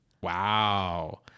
Wow